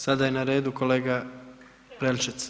Sada je na redu kolega Prelec.